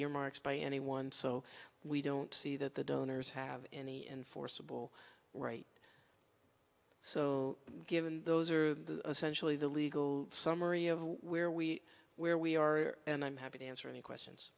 earmarks by anyone so we don't see that the donors have any enforceable right so given those are the essential of the legal summary of where we where we are and i'm happy to answer any questions